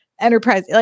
Enterprise